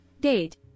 Date